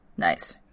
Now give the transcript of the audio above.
Nice